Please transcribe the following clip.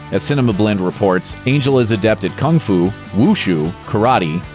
as cinemablend reports, angel is adept at kung fu, wu-shu, karate,